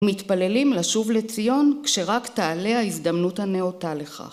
מתפללים לשוב לציון כשרק תעלה ההזדמנות הנאותה לכך